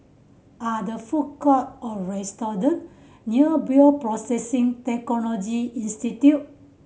are the food court or restaurant near Bioprocessing Technology Institute